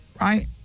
Right